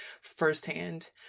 firsthand